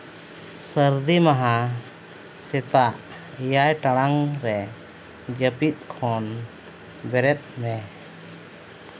ᱥᱟᱹᱨᱫᱤ ᱢᱟᱦᱟ ᱥᱮᱛᱟᱜ ᱮᱭᱟᱭ ᱴᱟᱲᱟᱝ ᱨᱮ ᱡᱟᱹᱯᱤᱫ ᱠᱷᱚᱱ ᱵᱮᱨᱮᱫ ᱢᱮ